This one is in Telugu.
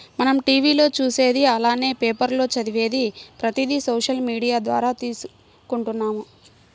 మనం టీవీ లో చూసేది అలానే పేపర్ లో చదివేది ప్రతిది సోషల్ మీడియా ద్వారా తీసుకుంటున్నాము